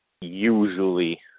usually